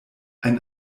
ein